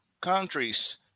countries